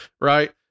right